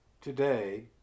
Today